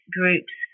groups